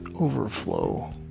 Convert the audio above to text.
overflow